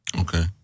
Okay